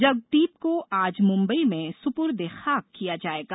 जगदीप को आज मुंबई में सुपुर्द ए खाक किया जाएगा